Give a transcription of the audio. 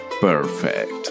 Perfect